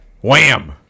Wham